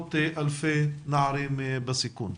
עשרות אלפי נערים בסיכון.